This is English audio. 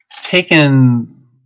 Taken